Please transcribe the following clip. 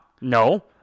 no